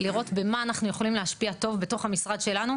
לראות במה אנחנו יכולים להשפיע לטובה בתוך המשרד שלנו,